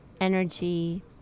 energy